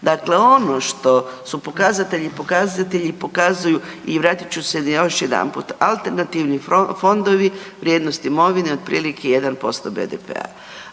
Dakle ono što su pokazatelji, pokazatelji pokazuju i vratit ću se još jedanput. Alternativni fondovi, vrijednost imovine otprilike 1% BDP-a.